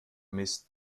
mist